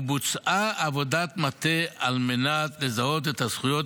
ובוצעה עבודת מטה על מנת לזהות את הזכויות